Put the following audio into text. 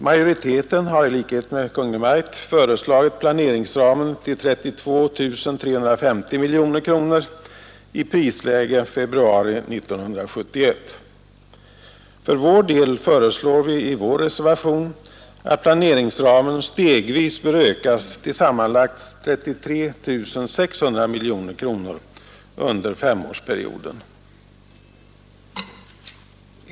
Majoriteten har i likhet med Kungl. Maj:t föreslagit planeringsramen till 32 350 miljoner kronor i det prisläge som rådde februari 1971. För vår del föreslår vi i vår reservation att planeringsramen stegvis bör ökas till sammanlagt 33 600 miljoner kronor under femårsperioden.